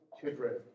children